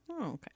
Okay